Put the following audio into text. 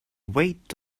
weight